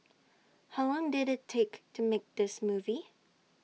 how long did IT take to make this movie